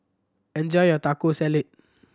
enjoy your Taco Salad